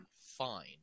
fine